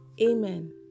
amen